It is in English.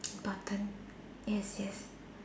button yes yes